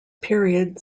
period